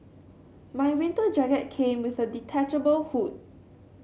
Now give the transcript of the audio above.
my winter jacket came with a detachable hood